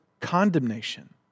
condemnation